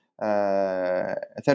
third